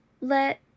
let